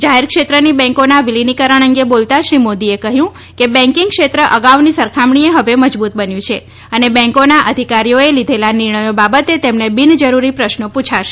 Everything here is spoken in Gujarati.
જાહેર ક્ષેત્રની બેંકોના વિલીનીકરણ અંગે બોલતા શ્રી મોદીએ કહ્યું કે બેંકિંગ ક્ષેત્ર અગાઉની સરખામણીએ હવે મજબુત બન્યું છે અને બેંકોના અધિકારીઓએ લીધેલા નિર્ણયો બાબતે તેમને બીનજરૂરી પ્રશ્નો પુછાશે નહીં